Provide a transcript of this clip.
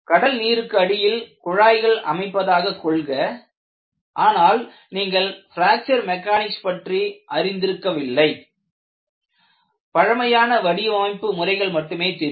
கடல் நீருக்கு அடியில் குழாய்கள் அமைப்பதாக கொள்க ஆனால் நீங்கள் பிராக்சர் மெக்கானிக்ஸ் பற்றி அறிந்திருக்கவில்லை பழமையான வடிவமைப்பு முறைகள் மட்டுமே தெரியும்